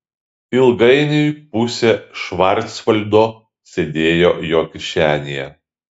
ilgainiui pusė švarcvaldo sėdėjo jo kišenėje